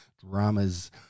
dramas